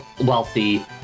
wealthy